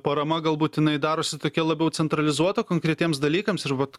parama gal būtinai darosi tokia labiau centralizuota konkretiems dalykams ir vat